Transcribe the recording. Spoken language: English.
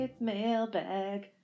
mailbag